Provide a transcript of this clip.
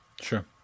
sure